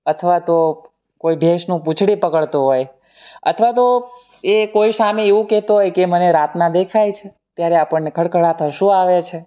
અથવા તો કોઈ ભેસનું પૂંછડી પકડતો હોય અથવા તો એ કોઈ સામે એવું કહેતો હોય કે મને રાતના દેખાય છે ત્યારે આપણને ખડખડાત હસવું આવે છે